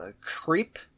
Creep